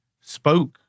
spoke